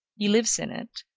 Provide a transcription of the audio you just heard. he lives in it,